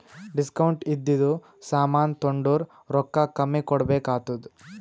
discount ಇದ್ದಿದು ಸಾಮಾನ್ ತೊಂಡುರ್ ರೊಕ್ಕಾ ಕಮ್ಮಿ ಕೊಡ್ಬೆಕ್ ಆತ್ತುದ್